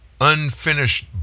unfinished